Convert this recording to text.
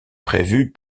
prévu